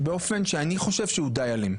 ובאופן שאני חושב שהוא דיי אלים,